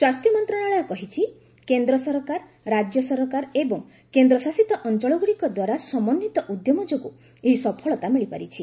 ସ୍ୱାସ୍ଥ୍ୟ ମନ୍ତ୍ରଣାଳୟ କହିଛି କେନ୍ଦ୍ର ସରକାର ରଜ୍ୟ ସରକାର ଏବଂ କେନ୍ଦ୍ର ଶାସିତ ଅଞ୍ଚଳଗୁଡ଼ିକ ଦ୍ୱାରା ସମନ୍ଧିତ ଉଦ୍ୟମ ଯୋଗୁଁ ଏହି ସଫଳତା ମିଳିପାରିଛି